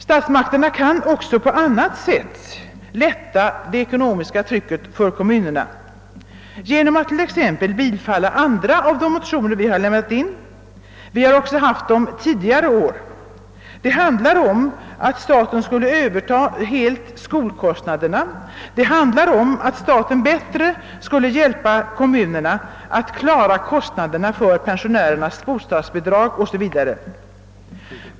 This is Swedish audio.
Statsmakterna kan också på annat sätt lätta det ekonomiska trycket för kommunerna, t.ex. genom att bifalla andra motioner som vi inlämnat. Motionerna har också lagts fram under tidigare år. De går ut på att staten helt skall överta skolkostnaderna. Det handlar om att staten bättre skulle hjälpa kommunerna att klara kostnaderna för pensionärernas bostadsbidrag osv.